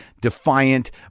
defiant